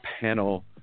panel